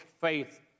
faith